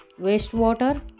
wastewater